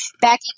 back